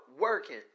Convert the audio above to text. working